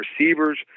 receivers